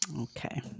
Okay